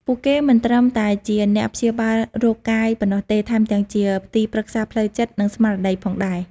ពួកគេមិនត្រឹមតែជាអ្នកព្យាបាលរោគកាយប៉ុណ្ណោះទេ ថែមទាំងជាទីប្រឹក្សាផ្លូវចិត្ត និងស្មារតីផងដែរ។